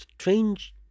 strange